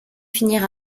finir